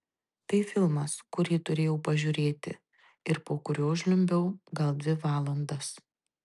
tai filmas kurį turėjau pažiūrėti ir po kurio žliumbiau gal dvi valandas